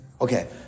okay